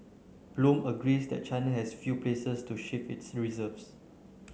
bloom agrees that China has few places to shift its reserves